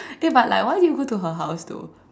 eh but like why did you go to her house though